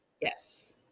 Yes